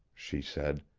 she said.